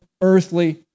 earthly